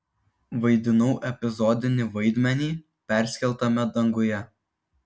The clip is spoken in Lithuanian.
vaidinau epizodinį vaidmenį perskeltame danguje